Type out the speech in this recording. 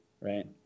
right